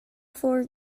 four